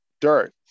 dirt